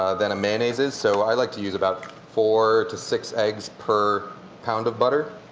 ah than a mayonnaise is. so i like to use about four to six eggs per pound of butter.